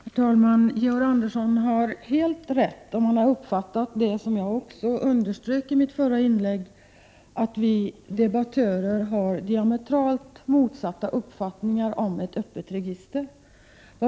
Herr talman! Georg Andersson har helt rätt uppfattat det som jag underströk i mitt förra inlägg, nämligen att debattörerna i denna debatt har diametralt olika uppfattningar om ett öppet register.